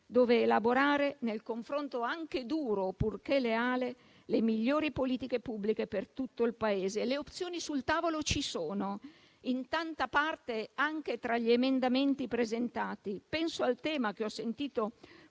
dove elaborare, nel confronto anche duro, purché leale, le migliori politiche pubbliche per tutto il Paese. Le opzioni sul tavolo ci sono, in tanta parte anche tra gli emendamenti presentati. Penso al tema, che ho sentito proporre